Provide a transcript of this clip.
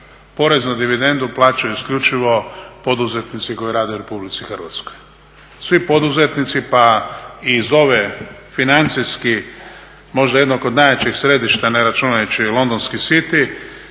Porez na dividendu plaćaju isključivo poduzetnici koji rade u Republici Hrvatskoj. Svi poduzetnici pa iz ove financijski možda jednog od najjačih središta ne računajući londonski city